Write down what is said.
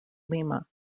lima